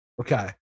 okay